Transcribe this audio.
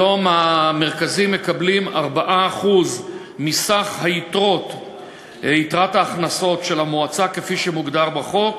היום המרכזים מקבלים 4% מסך יתרת ההכנסות של המועצה כפי שהוגדר בחוק,